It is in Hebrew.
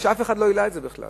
שאף אחד לא העלה את זה בכלל.